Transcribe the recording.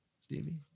Stevie